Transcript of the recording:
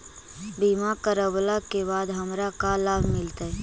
बीमा करवला के बाद हमरा का लाभ मिलतै?